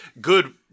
good